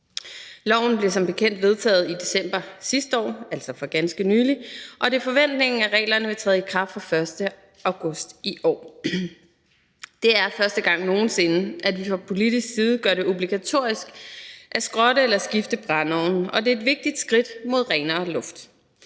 Loven blev som bekendt vedtaget i december sidste år, altså for ganske nylig, og det er forventningen, at reglerne vil træde i kraft fra 1. august i år. Det er første gang nogen sinde, at vi fra politisk side gør det obligatorisk at skrotte eller skifte brændeovne, og det er et vigtigt skridt hen imod renere luft.